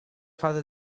fase